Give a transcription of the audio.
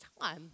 time